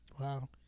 Wow